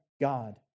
God